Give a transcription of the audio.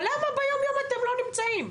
אבל למה ביום-יום אתם לא נמצאים?